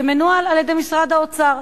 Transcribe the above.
שמנוהל על-ידי משרד האוצר.